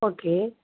okay